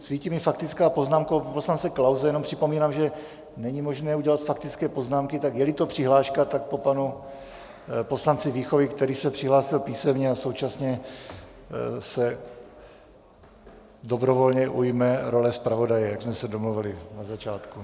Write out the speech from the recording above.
Svítí mi faktická poznámka u poslance Klause, jenom připomínám, že není možné udělit faktické poznámky, tak jeli to přihláška, tak po panu poslanci Víchovi, který se přihlásil písemně a současně se dobrovolně ujme role zpravodaje, jak jsme se domluvili na začátku.